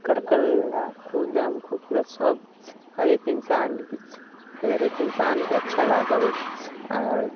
एकर कला खूब एकदम खूबसूरत सब हरेक इन्सानके हरेक इन्सानके अच्छा लागल आओर